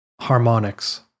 Harmonics